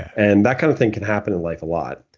and that kind of thing can happen and like a lot.